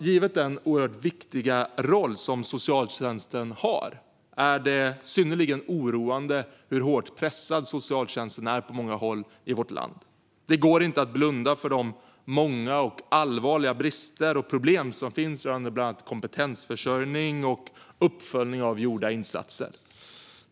Givet den oerhört viktiga roll som socialtjänsten har är det synnerligen oroande hur hårt pressad socialtjänsten är på många håll i vårt land. Det går inte att blunda för de många och allvarliga brister och problem som finns rörande bland annat kompetensförsörjning och uppföljning av gjorda insatser.